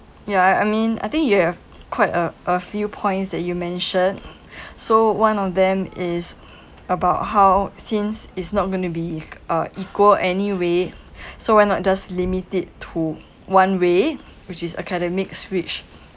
ya I mean I think you have quite a a few points that you mention so one of them is about how since it's not gonna be uh equal anyway so why not just limit it to one way which is academics which